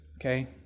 okay